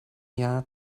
jahr